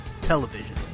television